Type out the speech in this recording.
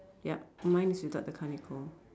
yup mine is without the kind of comb